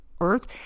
earth